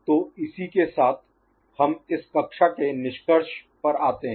तो इसी के साथ हम इस कक्षा के निष्कर्ष पर आते हैं